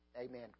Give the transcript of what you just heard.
amen